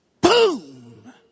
Boom